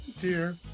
Dear